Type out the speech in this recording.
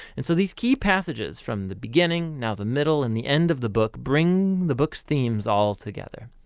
and so these key passages from the beginning now the middle and the end of the book bring the book's themes all together.